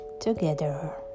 together